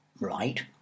Right